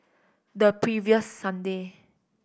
the previous Sunday